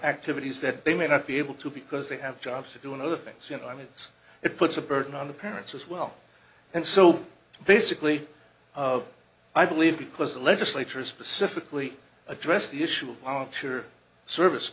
activities that they may not be able to because they have jobs to do and other things you know i mean it's it puts a burden on the parents as well and so basically of i believe because the legislature specifically addressed the issue of our culture service